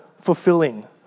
fulfilling